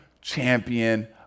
champion